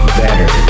better